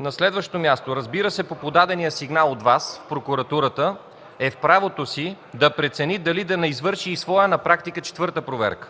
На следващо място, разбира се, по подадения сигнал от Вас в прокуратурата, тя е в правото си да прецени дали да не извърши и своя, на практика четвърта проверка.